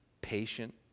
patient